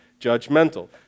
judgmental